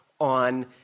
on